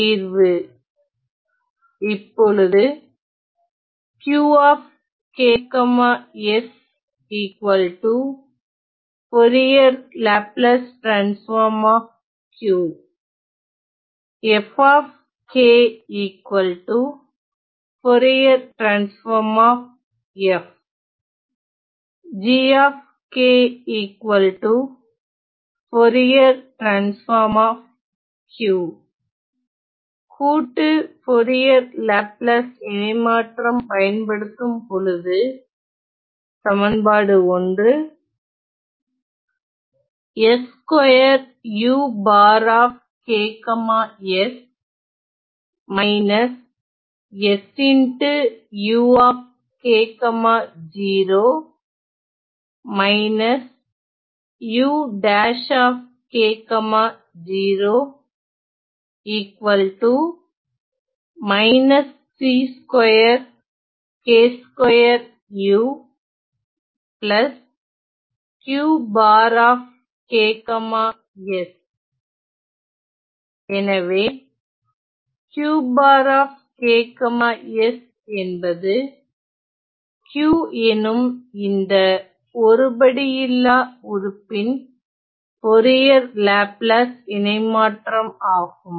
தீர்வு இப்பொழுது கூட்டு போரியர் லாப்லாஸ் இணைமாற்றம் பயன்படுத்தும்பொழுது எனவே k s என்பது Q எனும் இந்த ஒருபடுயில்லா உறுப்பின் போரியர் லாப்லாஸ் இணைமாற்றம் ஆகும்